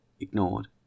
ignored